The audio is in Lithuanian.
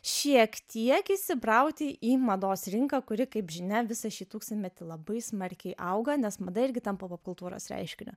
šiek tiek įsibrauti į mados rinką kuri kaip žinia visą šį tūkstantmetį labai smarkiai auga nes mada irgi tampa popkultūros reiškiniu